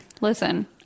Listen